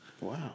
Wow